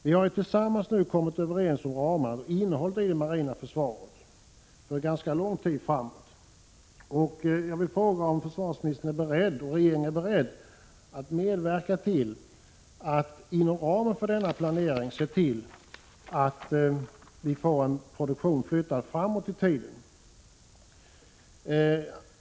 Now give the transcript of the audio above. Vi har tillsammans kommit överens om ramarna för och innehållet i det marina försvaret för ganska lång tid framåt. Jag vill fråga om försvarsministern och regeringen är beredda att medverka till att inom ramen för denna planering flytta produktion framåt i tiden.